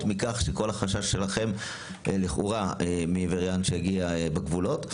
של החשש שלכם מווריאנט שיגיע בגבולות.